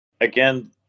again